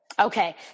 Okay